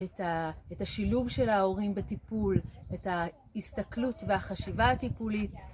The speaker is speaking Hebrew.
את השילוב של ההורים בטיפול, את ההסתכלות והחשיבה הטיפולית